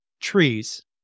trees